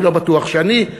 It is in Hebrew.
אני לא בטוח שאני,